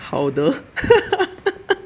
好的